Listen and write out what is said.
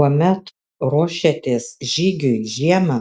kuomet ruošiatės žygiui žiemą